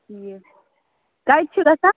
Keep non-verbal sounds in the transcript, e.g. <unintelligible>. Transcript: <unintelligible> کَتہِ چھِ <unintelligible>